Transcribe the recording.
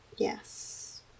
Yes